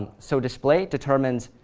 so display determines,